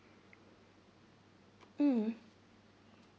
mm